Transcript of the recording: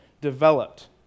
developed